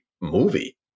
movie